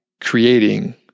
creating